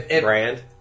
brand